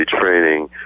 training